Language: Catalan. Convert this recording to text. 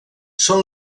són